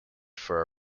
for